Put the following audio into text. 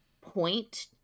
point